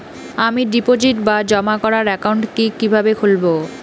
আমি ডিপোজিট বা জমা করার একাউন্ট কি কিভাবে খুলবো?